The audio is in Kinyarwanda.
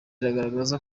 bigaragaza